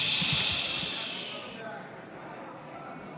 (קוראת בשמות חברי הכנסת)